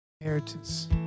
inheritance